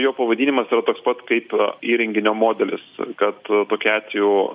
jo pavadinimas yra toks pat kaip įrenginio modelis kad tokiu atveju